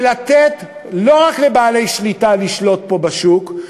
ולתת לא רק לבעלי שליטה לשלוט פה בשוק,